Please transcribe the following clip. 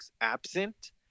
absent